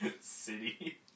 city